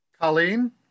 Colleen